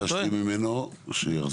אני ביקשתי ממנו שיחזור.